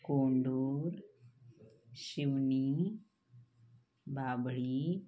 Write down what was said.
Kondur Shivani Babhali